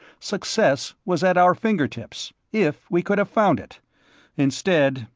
success was at our fingertips, if we could have found it instead,